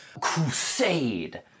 crusade